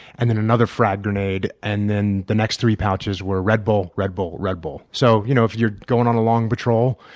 and then another frag grenade. and then the next three pouches were red bull, red bull, red bull. so you know if you're going on a long patrol,